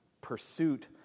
pursuit